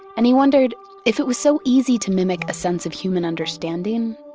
and he wondered if it was so easy to mimic a sense of human understanding,